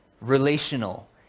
Relational